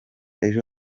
ejo